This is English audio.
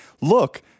look